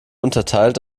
unterteilt